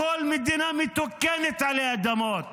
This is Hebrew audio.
בכל מדינה מתוקנת עלי אדמות